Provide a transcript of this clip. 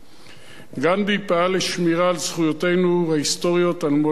גנדי פעל לשמירה על זכויותינו ההיסטוריות על מולדתנו,